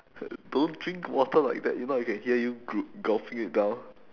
don't drink water like that you know I can hear you gulp~ gulping it down